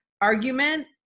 argument